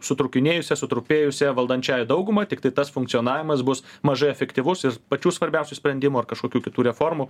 sutrūkinėjusia sutrupėjusia valdančiąja dauguma tiktai tas funkcionavimas bus mažai efektyvus ir pačių svarbiausių sprendimų ar kažkokių kitų reformų